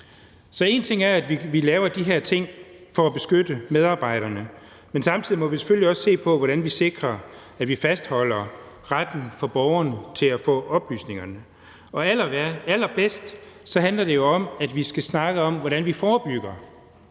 Så én ting er, at vi laver de her ting for at beskytte medarbejderne, men samtidig må vi selvfølgelig også se på, hvordan vi sikrer, at vi fastholder retten for borgerne til at få oplysningerne, og allerbedst handler det jo om, at vi skal snakke om, hvordan vi forebygger,